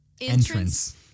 Entrance